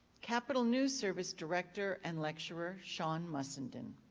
capital news service director and lecturer, sean mussenden.